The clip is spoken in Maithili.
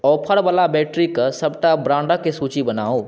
ऑफरवला बैटरीके सभटा ब्राण्डक सूची बनाउ